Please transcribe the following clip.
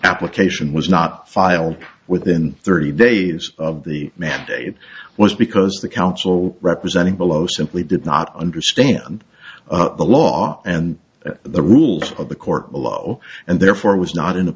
application was not filed within thirty days of the mandate was because the counsel representing below simply did not understand the law and the rules of the court below and therefore was not in a